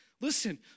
Listen